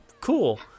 cool